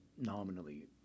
nominally